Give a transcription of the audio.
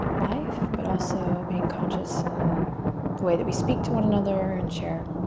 life, but also being conscious in the way that we speak to one another and share.